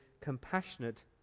compassionate